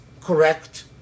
correct